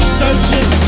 searching